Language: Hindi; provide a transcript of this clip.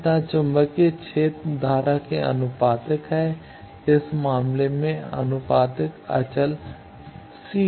इसी तरह चुंबकीय क्षेत्र धारा के आनुपातिक है इस मामले में आनुपातिकता अचल C2 है